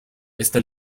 esta